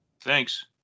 thanks